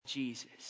Jesus